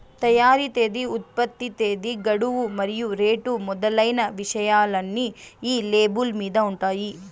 తయారీ తేదీ ఉత్పత్తి తేదీ గడువు మరియు రేటు మొదలైన విషయాలన్నీ ఈ లేబుల్ మీద ఉంటాయి